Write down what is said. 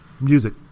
Music